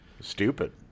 Stupid